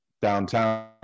downtown